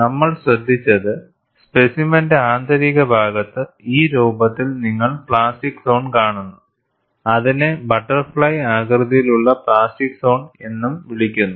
നമ്മൾ ശ്രദ്ധിച്ചത് സ്പെസിമെന്റെ ആന്തരിക ഭാഗത്ത് ഈ രൂപത്തിൽ നിങ്ങൾ പ്ലാസ്റ്റിക് സോൺ കാണുന്നു അതിനെ ബട്ടർഫ്ലൈ ആകൃതിയിലുള്ള പ്ലാസ്റ്റിക് സോൺ എന്നും വിളിക്കുന്നു